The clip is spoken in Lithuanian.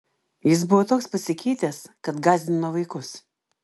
jis buvo toks pasikeitęs kad gąsdino vaikus